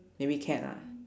maybe cat lah